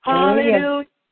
Hallelujah